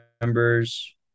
members